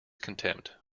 contempt